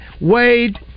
Wade